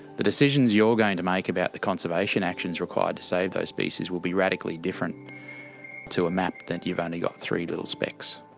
the decisions you're going to make about the conservation actions required to save those species will be radically different to a map that you've only got three little specks.